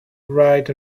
right